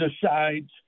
decides